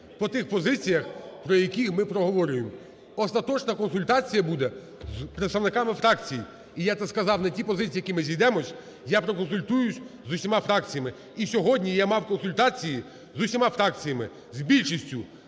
по тих позиціях, про які ми проговорюємо. Остаточна консультація буде з представниками фракцій. І я сказав, на тій позиції, якій ми зійдемося, я проконсультуюсь з усіма фракціями. І сьогодні я мав консультації з усіма фракціями, з більшістю: